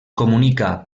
comunica